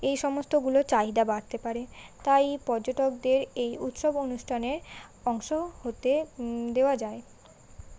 এই সমস্তগুলো চাহিদা বাড়তে পারে তাই পর্যটকদের এই উৎসব অনুষ্ঠানের অংশ হতে দেওয়া যায়